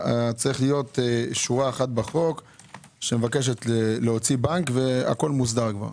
צריך להיות שורה אחת בחוק שמבקשת להוציא בנק והכול מוסדר כבר.